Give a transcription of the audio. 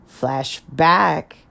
flashback